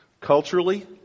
Culturally